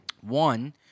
One